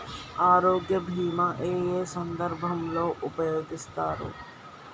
ఆరోగ్య బీమా ఏ ఏ సందర్భంలో ఉపయోగిస్తారు?